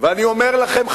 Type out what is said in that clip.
ואני אומר לכם,